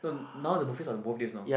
no now the buffet are the both days now